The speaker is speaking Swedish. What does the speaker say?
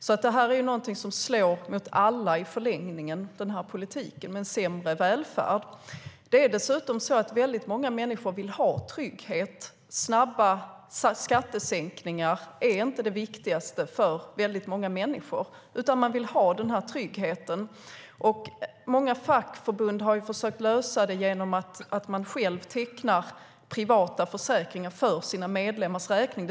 Den här politiken är alltså någonting som slår mot alla i förlängningen genom sämre välfärd. Det är dessutom så att många människor vill ha trygghet. Snabba skattesänkningar är inte det viktigaste för många människor, utan de vill ha den här tryggheten. Många fackförbund har försökt lösa det genom att själva teckna privata försäkringar för sina medlemmars räkning.